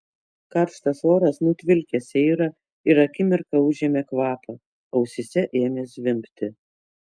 karštas oras nutvilkė seirą ir akimirką užėmė kvapą ausyse ėmė zvimbti